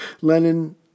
Lenin